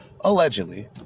allegedly